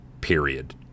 period